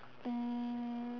um